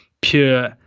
pure